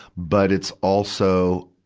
but it's also,